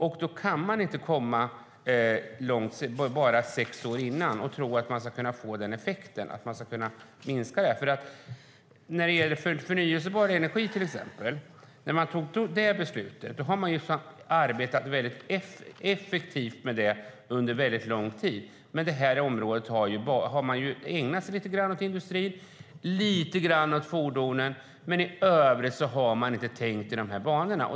Man kan inte komma bara sex år innan och tro att man ska kunna få den önskade effekten. När man till exempel tog beslutet om förnybar energi hade man ju arbetat väldigt effektivt med det under mycket lång tid. På det här området har man ägnat sig lite grann åt industrin, lite grann åt fordonen, men i övrigt har man inte tänkt i de här banorna.